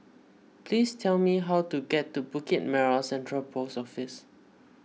please tell me how to get to Bukit Merah Central Post Office